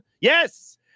Yes